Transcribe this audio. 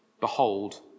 Behold